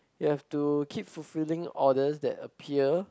you have to keep fulfilling order that appear